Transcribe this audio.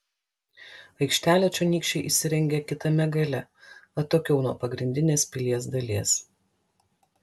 aikštelę čionykščiai įsirengė kitame gale atokiau nuo pagrindinės pilies dalies